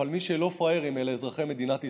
אבל מי שלא פראיירים זה אזרחי מדינת ישראל,